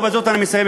ובזאת אני מסיים,